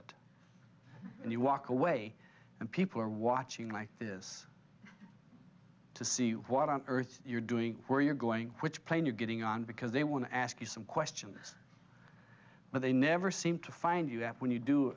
it and you walk away and people are watching like this to see what on earth you're doing where you're going which plane you're getting on because they want to ask you some questions but they never seem to find you when you do